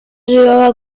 llevaba